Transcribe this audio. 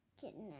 kitten